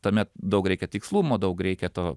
tame daug reikia tikslumo daug reikia to